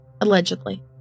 Allegedly